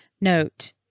Note